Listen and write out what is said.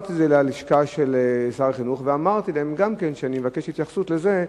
העברתי את זה ללשכה של שר החינוך וביקשתי מהם התייחסות גם לזה.